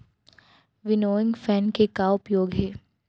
Winnowing fan के का उपयोग हे?